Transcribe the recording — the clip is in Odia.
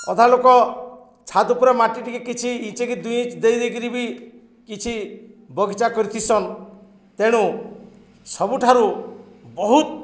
ଅଧା ଲୋକ ଛାତ୍ ଉପରେ ମାଟି ଟିକେ କିଛି ଇଞ୍ଚେ କିି ଦୁଇ ଇଞ୍ଚ୍ ଦେଇ ଦେଇକିରି ବି କିଛି ବଗିଚା କରିଥିସନ୍ ତେଣୁ ସବୁଠାରୁ ବହୁତ